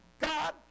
God